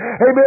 Amen